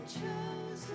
Chosen